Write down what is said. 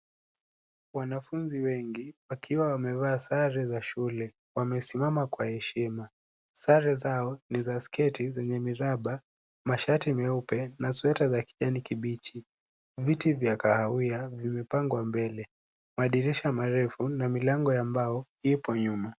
Wanafunzi wengi, wakiwa wamevaa sare za shule, wamesimama kwa heshima, sare zao ni sketi zenye miraba, mashati meupe na sweta za kijani kibichi. Viti vya kahawia vimepangwa mbele. Madirisha marefu na milango ya mbao ipo nyuma.